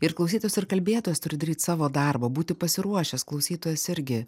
ir klausytojas ir kalbėtojas turi daryt savo darbą būti pasiruošęs klausytojas irgi